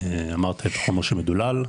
אמרת את החומר שמדולל,